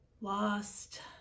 lost